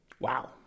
Wow